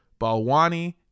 Balwani